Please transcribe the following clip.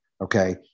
okay